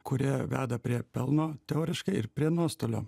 kurie veda prie pelno teoriškai ir prie nuostolio